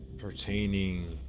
pertaining